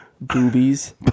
boobies